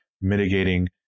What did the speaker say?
mitigating